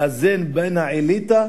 לאזן בין האליטה